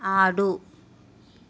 ఆడు